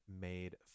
made